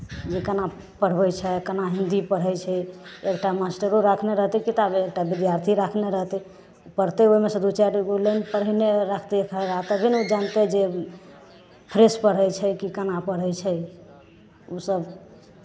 जे केना पढ़बै छै केना हिन्दी पढ़ै छै एक टा मास्टरो रखने रहतै किताबे एकटा विद्यार्थी रखने रहतै पढ़तै ओहिमे सँ दू चारि गो लाइन पढ़ेने रहतै ओकरा तबे ने जनतै जे फ्रेश पढ़ै छै कि केना पढ़ै छै ओसभ